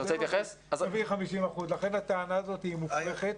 לכן הטענה הזאת מופרכת.